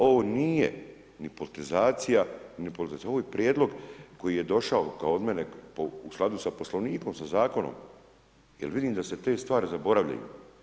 Ovo nije ni politizacija, ovo je prijedlog koji je došao kao od mene u skladu sa Poslovnikom, sa zakonom jer vidim da se te stvari zaboravljaju.